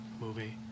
movie